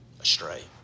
astray